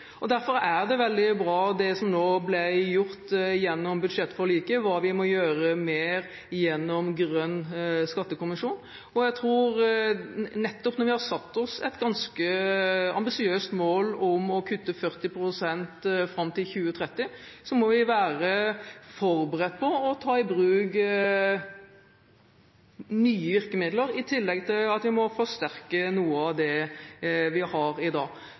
og derfor er det veldig bra det som nå ble gjort gjennom budsjettforliket, og hva vi må gjøre mer gjennom Grønn skattekommisjon. Og jeg tror, nettopp når vi har satt oss et ganske ambisiøst mål om å kutte 40 pst. fram til 2030, at vi må være forberedt på å ta i bruk nye virkemidler, i tillegg til at vi må forsterke noen av dem vi har i dag.